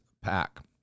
pack